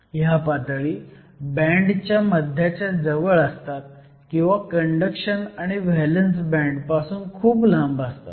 ह्या पातळी बँडच्या मध्याच्या जवळ असतात किंवा कंडक्शन आणि व्हॅलंस बँड पासून खूप लांब असतात